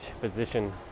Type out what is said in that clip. position